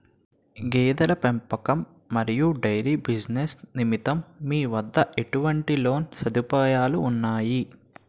గేదెల పెంపకం మరియు డైరీ బిజినెస్ నిమిత్తం మీ వద్ద ఎటువంటి లోన్ సదుపాయాలు ఉన్నాయి?